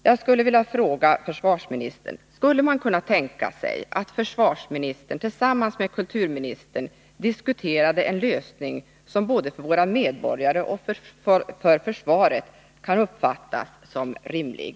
Jag vill fråga försvarsministern: Skulle man kunna tänka sig att försvarsministern tillsammans med kulturministern diskuterade en lösning som både av medborgarna och av försvaret kan uppfattas som rimlig?